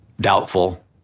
doubtful